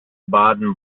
baden